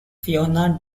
fiona